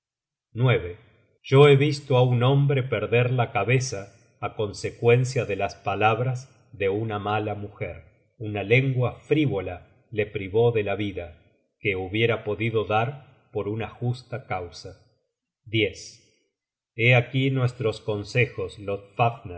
yo he visto á un hombre perder la cabeza á consecuencia de las palabras de una mala mujer una lengua frivola le privó de la vida que hubiera podido dar por una justa causa hé aquí nuestros consejos